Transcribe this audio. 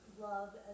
love